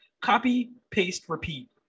copy-paste-repeat